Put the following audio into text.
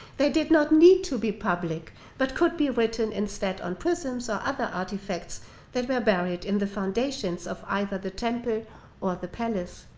they did not need to be public but could be written instead on prisms or other artifacts that were buried in the foundations of either the temple or the palace.